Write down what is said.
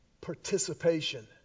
participation